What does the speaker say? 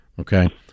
Okay